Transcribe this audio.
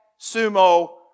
sumo